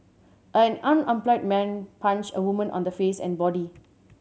an unemployed man punched a woman on the face and body